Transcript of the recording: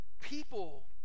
People